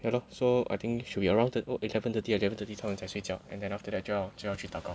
ya lor so I think should be around thirt~ eleven thirty eleven thirty 他们才睡觉 and then after that 就要就要去祷告